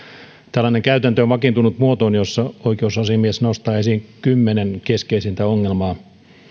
tällainen käytäntö on vakiintunut muotoon jossa oikeusasiamies nostaa esiin kymmenen keskeisintä ongelmaa